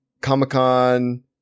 Comic-Con